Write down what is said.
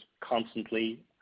constantly